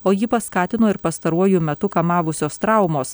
o jį paskatino ir pastaruoju metu kamavusios traumos